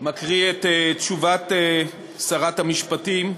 מקריא את תשובת שרת המשפטים.